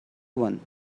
one